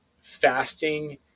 fasting